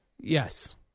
Yes